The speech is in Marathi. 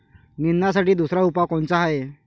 निंदनासाठी दुसरा उपाव कोनचा हाये?